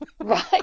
Right